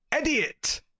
idiot